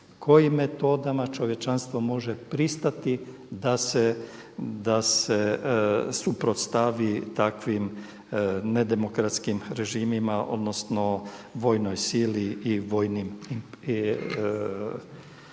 kojim metodama čovječanstvo može pristati da se suprotstavi takvim nedemokratskim režimima, odnosno vojnoj sili i vojnim